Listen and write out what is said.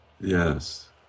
Yes